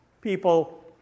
people